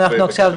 באותה שנה,